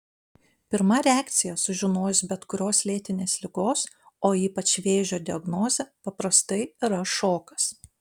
pirma reakcija sužinojus bet kurios lėtinės ligos o ypač vėžio diagnozę paprastai yra šokas